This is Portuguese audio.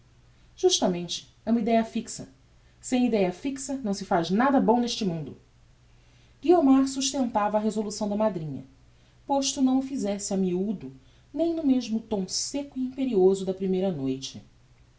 justamente é uma ideia fixa sem ideia fixa não se faz nada bom neste mundo guiomar sustentava a resolução da madrinha posto não o fizesse a miudo nem no mesmo tom secco e imperioso da primeira noite